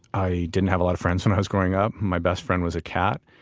i didn't have a lot of friends when i was growing up. my best friend was a cat.